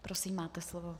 Prosím, máte slovo.